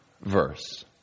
verse